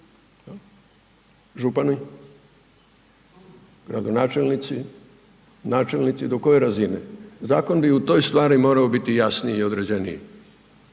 Župani, gradonačelnici, načelnici, do koje razine? Zakon bi u toj stvari morao biti jasniji i određeniji